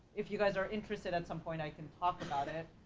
if you guys are interested at some point, i can talk about it.